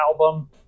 album